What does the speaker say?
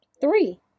Three